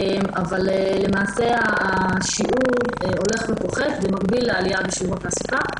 אבל למעשה השיעור הולך ופוחת במקביל לעלייה בשיעור התעסוקה.